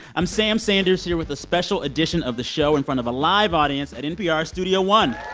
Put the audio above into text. i'm sam sanders here with a special edition of the show in front of a live audience at npr studio one